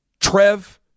Trev